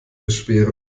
beschweren